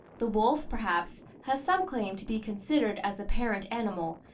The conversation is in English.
the wolf, perhaps, has some claim to be considered as the parent animal,